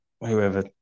whoever